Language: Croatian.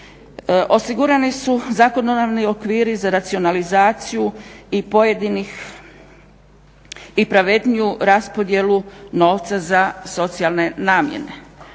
Osigurani su zakonodavni okviri za racionalizaciju i pojedinih i pravedniju raspodjelu novca za socijalne namjene.